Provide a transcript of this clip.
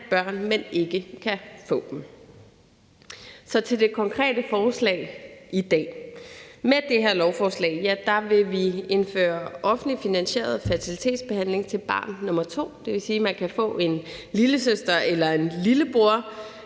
børn, men ikke kan få dem. Så lad os gå til det konkrete forslag, vi behandler i dag. Med det her lovforslag vil vi indføre offentligt finansieret fertilitetsbehandling til barn nr. 2. Det vil sige, at man kan få en lillesøster eller en lillebror